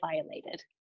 violated